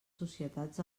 societats